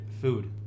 food